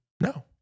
No